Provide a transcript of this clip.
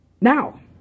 now